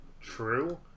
true